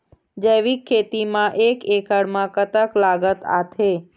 जैविक खेती म एक एकड़ म कतक लागत आथे?